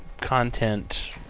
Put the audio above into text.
content